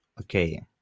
Okay